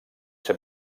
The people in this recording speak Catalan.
ser